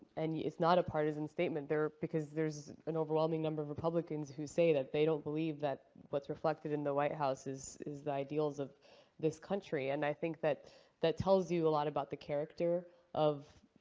and it is not a partisan statement. there are because there is an overwhelming number of republicans who say that they don't believe that what's reflected in the white house is is the ideals of this country. and i think that that tells you a lot about the character of,